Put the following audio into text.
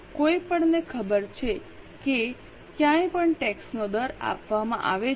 કોઈપણને ખબર છે કે ક્યાંય પણ ટેક્સનો દર આપવામાં આવે છે